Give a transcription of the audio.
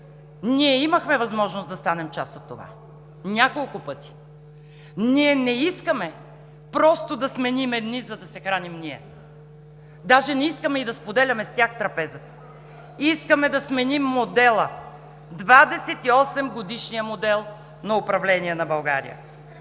че имахме възможност да станем част от това няколко пъти, но не искаме просто да сменим едни, за да се храним ние. Даже не искаме и да споделяме с тях трапезата. Искаме да сменим модела – 28-годишния модел на управление на България.